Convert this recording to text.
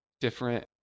different